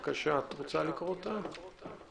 את רוצה לקרוא את הבקשה?